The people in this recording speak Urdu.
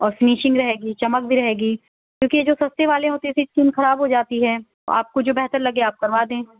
اور فنیشنگ رہے گی چمک بھی رہے گی کیونکہ یہ جو سَستی والی ہوتی ہے اِس سے اسکن خراب ہو جاتی ہے آپ کو جو بہتر لگے آپ کروا دیں